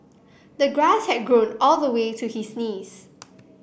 the grass had grown all the way to his knees